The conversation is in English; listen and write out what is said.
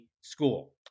School